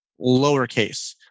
lowercase